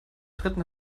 dritten